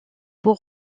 pour